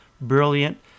Brilliant